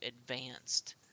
advanced